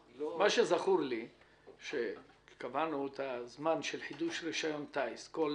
זכור לי שקבענו את זמן רישיון הטיס לכל